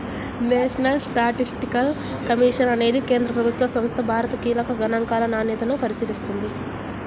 national statistical commission అనే కేంద్ర ప్రభుత్వ సంస్థ భారత కీలక గణాంకాల నాణ్యతను పరిశీలిస్తుంది